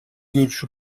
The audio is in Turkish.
görüşü